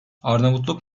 arnavutluk